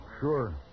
sure